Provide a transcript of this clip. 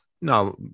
no